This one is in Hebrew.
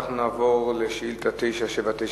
אנחנו נעבור לשאילתא 979,